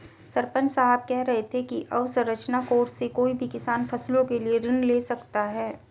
सरपंच साहब कह रहे थे कि अवसंरचना कोर्स से कोई भी किसान फसलों के लिए ऋण ले सकता है